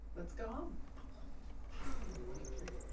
let's go home. twenty three.